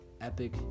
Epic